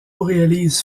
réalise